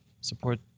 support